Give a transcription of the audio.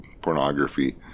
pornography